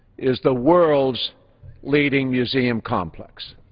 is the world's leading museum complex.